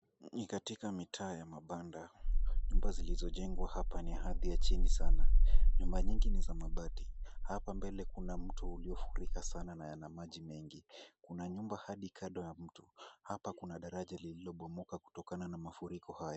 Ni katika mitaa ya mabanda, nyumba zilizojengwa hapa ni hadhi ya chini sana, nyumba nyingi ni za mabati, hapa mbele kuna mto uliofurika sana na yana maji mengi, kuna nyumba hadi kando ya mto, hapa kuna daraja lililobomoka kutokana na mafuriko haya.